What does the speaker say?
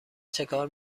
چکار